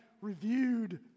reviewed